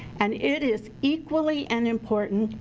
and it is equally an important,